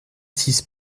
six